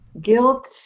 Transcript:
Guilt